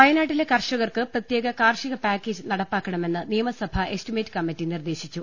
വയനാട്ടിലെ കർഷകർക്ക് പ്രത്യേക കാർഷികപാക്കേജ് നട പ്പാക്കണമെന്ന് നിയമസഭാ എസ്റ്റിമേറ്റ്കമ്മറ്റി നിർദേശിച്ചു